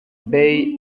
bay